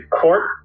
court